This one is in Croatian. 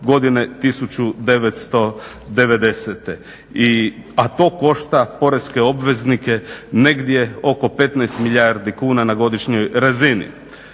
godine 1990., a to košta poreske obveznike negdje oko 15 milijardi kuna na godišnjoj razini.